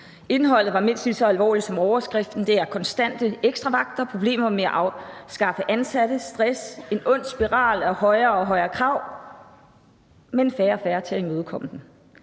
Indholdet var mindst lige så alvorligt som overskriften. Det er konstante ekstravagter, problemer med at skaffe ansatte, stress, en ond spiral af højere og højere krav, men færre og færre til at imødekomme dem,